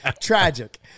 Tragic